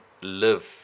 live